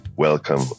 welcome